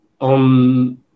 on